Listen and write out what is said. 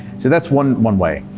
so that's one one way,